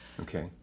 Okay